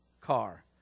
car